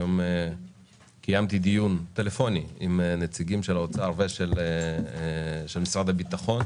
היום קיימתי דיון טלפוני עם נציגים של האוצר ושל משרד הביטחון,